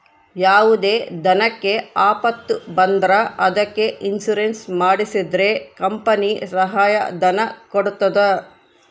ಯಾವುದೇ ದನಕ್ಕೆ ಆಪತ್ತು ಬಂದ್ರ ಅದಕ್ಕೆ ಇನ್ಸೂರೆನ್ಸ್ ಮಾಡ್ಸಿದ್ರೆ ಕಂಪನಿ ಸಹಾಯ ಧನ ಕೊಡ್ತದ